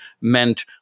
meant